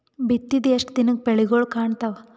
ಬಿತ್ತಿದ ಎಷ್ಟು ದಿನಕ ಬೆಳಿಗೋಳ ಕಾಣತಾವ?